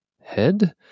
head